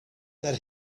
that